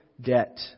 debt